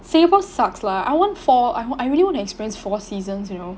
singapore sucks lah I want fall I I really want to experience four seasons you know